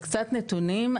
קצת נתונים,